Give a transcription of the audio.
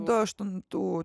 du aštuntų